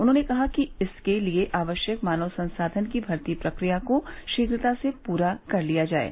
उन्होंने कहा कि इसके लिये आवश्यक मानव संसाधन की भर्ती प्रक्रिया को शीघ्रता से पूरा कर लिया जाये